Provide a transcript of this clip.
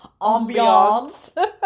ambiance